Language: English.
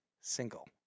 single